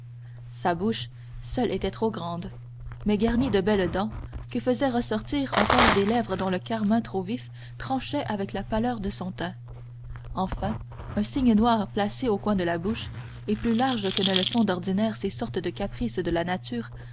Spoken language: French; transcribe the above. sa bouche seule était trop grande mais garnie de belles dents que faisaient ressortir encore des lèvres dont le carmin trop vif tranchait avec la pâleur de son teint enfin un signe noir placé au coin de la bouche et plus large que ne le sont d'ordinaire ces sortes de caprices de la nature